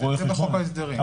רואי חשבון,